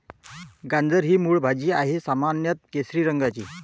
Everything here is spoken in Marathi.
गाजर ही मूळ भाजी आहे, सामान्यत केशरी रंगाची